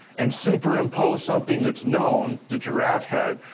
and superimpose something that's known, the giraffe head,